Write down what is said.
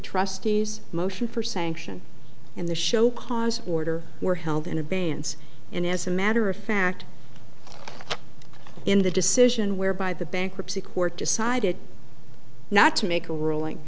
trustees motion for sanction in the show cause order were held in abeyance and as a matter of fact in the decision whereby the bankruptcy court decided not to make a ruling